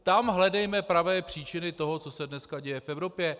Tam hledejme pravé příčiny toho, co se dneska děje v Evropě.